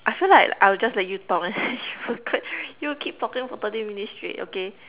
I feel like I'll just let you talk leh you keep on talking for thirty minutes straight okay